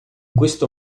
questo